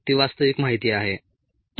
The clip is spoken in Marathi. ती वास्तविक माहिती आहे